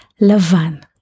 Lavan